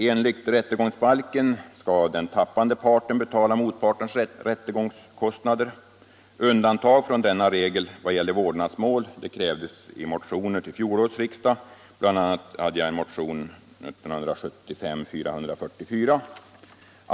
Enligt rättegångsbalken skall ju den förlorande parten betala motpartens rättegångskostnader. Undantag från denna regel i vad gäller vårdnadsmål krävdes i motioner till fjolårets riksdag, bl.a. av mig i motionen 1975:444.